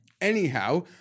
Anyhow